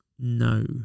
No